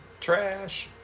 Trash